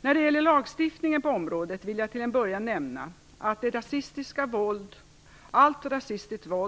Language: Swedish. När det gäller lagstiftningen på området vill jag till en början nämna att allt det rasistiska våld